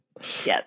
Yes